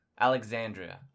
Alexandria